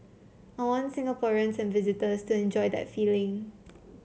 I want Singaporeans and visitors to enjoy that feeling